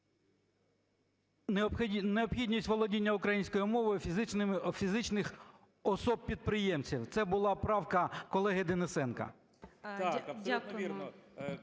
необхідність володіння українською мовою фізичних осіб-підприємців. Це була правка колеги Денисенка.